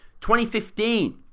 2015